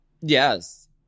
Yes